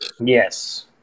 Yes